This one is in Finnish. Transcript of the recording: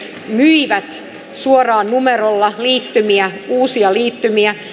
myivät suoraan numerolla liittymiä uusia liittymiä